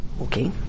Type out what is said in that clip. Okay